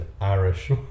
Irish